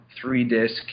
three-disc